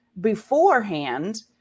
beforehand